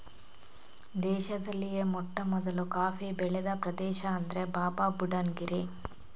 ದೇಶದಲ್ಲಿಯೇ ಮೊಟ್ಟಮೊದಲು ಕಾಫಿ ಬೆಳೆದ ಪ್ರದೇಶ ಅಂದ್ರೆ ಬಾಬಾಬುಡನ್ ಗಿರಿ